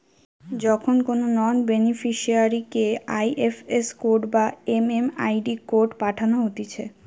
যখন কোনো নন বেনিফিসারিকে আই.এফ.এস কোড বা এম.এম.আই.ডি কোড পাঠানো হতিছে